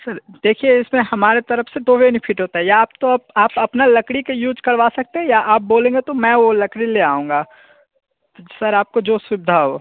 sir देखिए इसमें हमारी तरफ़ से तो वेनिफिट होता है याप तो आप अपना लकड़ी का यूज़ करवा सकते हैं या आप बोलेंगे तो मैं वो लकड़ी ले आऊँगा सर आपको जो सुविधा हो